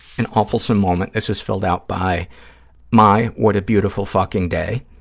an awfulsome moment. this is filled out by my, what a beautiful fucking day,